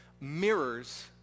mirrors